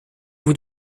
vous